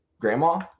grandma